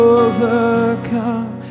overcome